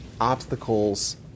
obstacles